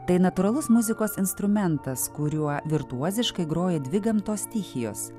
tai natūralus muzikos instrumentas kuriuo virtuoziškai groja dvi gamtos stichijos